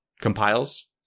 compiles